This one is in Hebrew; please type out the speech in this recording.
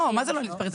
מה זה לא להתפרץ?